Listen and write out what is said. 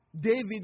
David